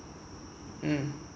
mmhmm